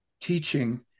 teaching